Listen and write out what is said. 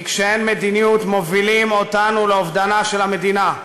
כי כשאין מדיניות מובילים אותנו לאובדנה של המדינה.